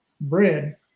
bread